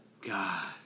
God